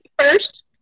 First